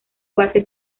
base